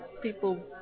people